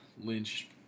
Lynch